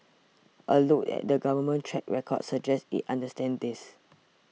a look at the Government's track record suggests it understands this